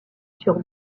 sur